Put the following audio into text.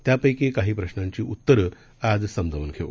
त्यापैकी काही प्रशांची उत्तरं आज समजावून घेऊ